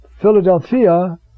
Philadelphia